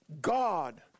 God